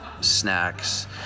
snacks